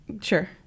sure